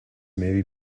may